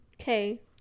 Okay